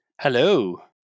Hello